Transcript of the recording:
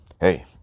Hey